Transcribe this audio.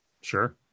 Sure